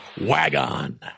wagon